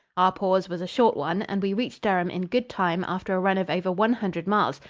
our pause was a short one, and we reached durham in good time after a run of over one hundred miles,